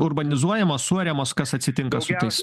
urbanizuojamos suariamos kas atsitinka su tais